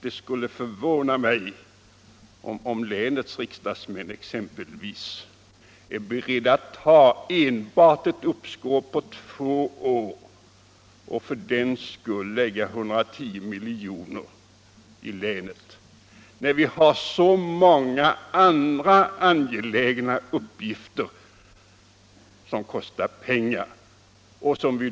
Det skulle förvåna mig om exempelvis länets riksdagsmän är beredda att för ett uppskov på enbart två år lägga 110 milj.kr. när vi i länet har så många andra angelägna uppgifter som kostar pengar.